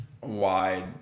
wide